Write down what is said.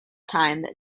time